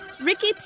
Ricky